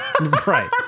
Right